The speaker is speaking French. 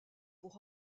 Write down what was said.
pour